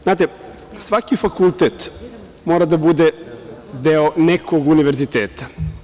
Znate, svaki fakultet mora da bude deo nekog univerziteta.